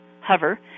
hover